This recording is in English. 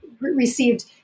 received